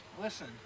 listen